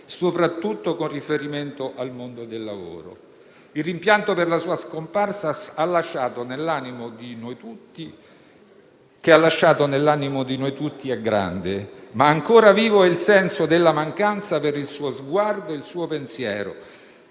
soprattutto con riferimento al mondo del lavoro. Il rimpianto per la sua scomparsa che ha lasciato nell'animo di noi tutti è grande. Ma ancora vivo è il senso della mancanza del suo sguardo e del suo pensiero,